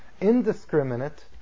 indiscriminate